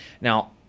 Now